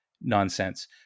nonsense